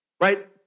right